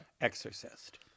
Exorcist